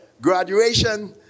graduation